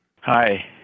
Hi